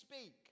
speak